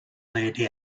lady